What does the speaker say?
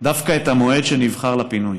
דווקא את המועד שנבחר לפינוי.